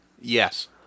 Yes